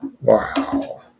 Wow